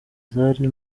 zari